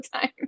time